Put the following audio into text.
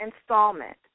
installment